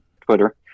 Twitter